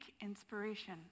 inspiration